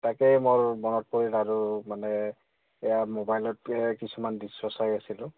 তাকেই মোৰ মনত পৰিল আৰু মানে এইয়া মোবাইলতে কিছুমান দৃশ্য চাই আছিলোঁ